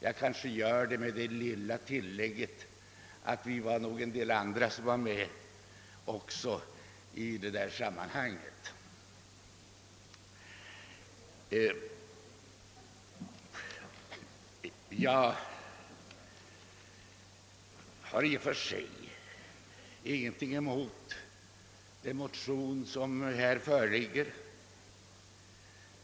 Jag kanske gör det med det lilla tilllägget att en del andra också var med i det sammanhanget. Jag har i och för sig inget emot den motion som här föreligger.